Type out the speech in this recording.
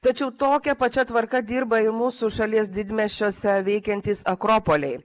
tačiau tokia pačia tvarka dirba ir mūsų šalies didmiesčiuose veikiantys akropoliai